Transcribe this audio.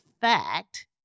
fact